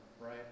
right